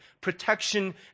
protection